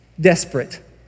desperate